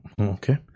Okay